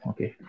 Okay